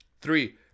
Three